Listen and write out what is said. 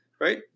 right